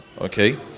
okay